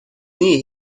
nii